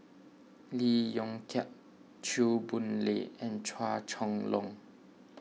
Lee Yong Kiat Chew Boon Lay and Chua Chong Long